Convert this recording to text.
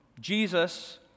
Jesus